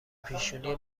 پیشونی